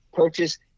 purchase